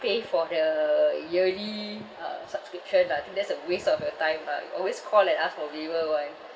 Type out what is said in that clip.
pay for the yearly uh subscription lah I think that's a waste of your time lah you always call and ask for a waiver [one]